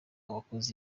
uwakoze